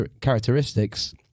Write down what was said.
characteristics